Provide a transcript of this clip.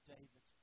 David